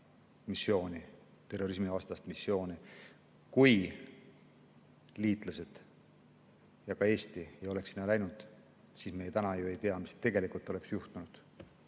Afganistani missiooni, terrorismivastast missiooni, siis kui liitlased ja ka Eesti ei oleks sinna läinud, me täna ju ei tea, mis tegelikult oleks juhtunud.